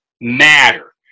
matter